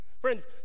Friends